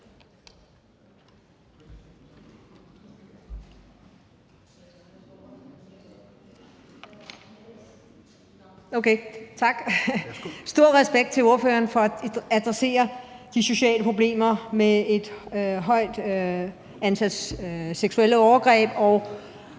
Stor respekt til ordføreren for at adressere de sociale problemer med et stort antal seksuelle overgreb